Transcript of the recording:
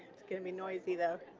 it's gonna be noisy, though